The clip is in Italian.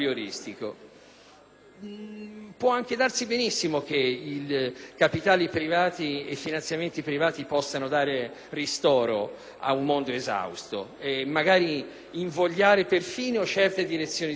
può anche darsi benissimo che i finanziamenti privati possano dare ristoro ad un mondo esausto e magari invogliare persino certe direzioni di ricerca, immagino